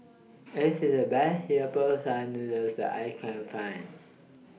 This IS The Best Singapore Style Noodles that I Can Find